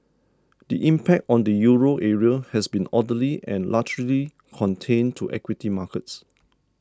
the impact on the Euro area has been orderly and largely contained to equity markets